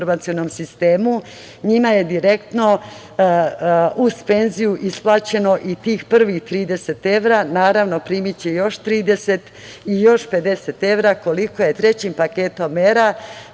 informacionom sistemu, njima je direktno uz penziju isplaćeno i tih prvih 30 evra. Naravno, primiće još 30 evra i još 50 evra, koliko je trećim paketom mera,